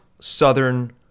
Southern